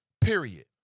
Period